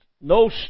No